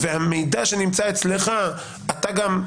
והמידע שנמצא אצלך, אתה גם,